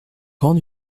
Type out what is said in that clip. grand